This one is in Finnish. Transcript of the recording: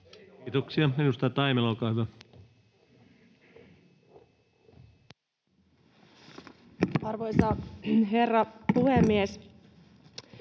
Kiitoksia. — Edustaja Taimela, olkaa hyvä. Arvoisa herra puhemies!